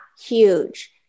huge